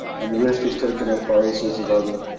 and the rest was taken up by all sorts of other,